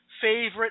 favorite